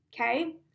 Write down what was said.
okay